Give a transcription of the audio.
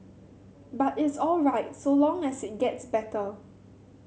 but it's all right so long as it gets better